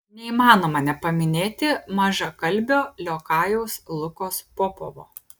neįmanoma nepaminėti mažakalbio liokajaus lukos popovo